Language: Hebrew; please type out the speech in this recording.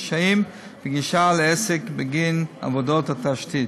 קשיים בגישה לעסק בגין עבודות התשתית.